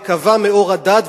וכיבה מאור הדת,